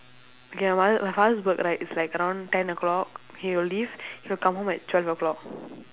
okay my mother my father's work right is like around ten o'clock he will leave he will come home at twelve o'clock